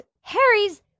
Harry's